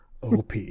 OP